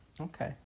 Okay